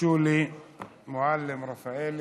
שולי מועלם-רפאלי.